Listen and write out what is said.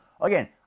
again